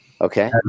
Okay